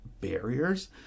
barriers